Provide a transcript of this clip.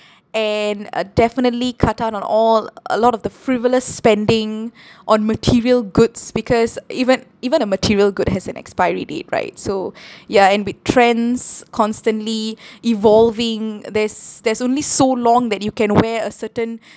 and uh definitely cut down on all a lot of the frivolous spending on material goods because even even a material good has an expiry date right so ya and with trends constantly evolving there's there's only so long that you can wear a certain